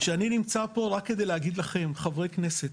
אני רוצה להגיד שאני נמצא פה רק כדי להגיד לכם חברי כנסת,